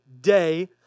day